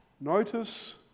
Notice